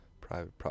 private